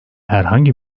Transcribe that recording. herhangi